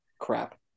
crap